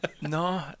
no